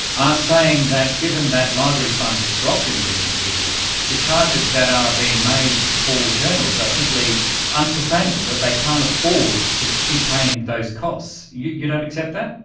are saying that given that library funds have dropped in recent years, the charges that are being made for journals are simply unsustainable, that they can't afford to keep paying those costs. you don't accept that?